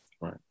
Right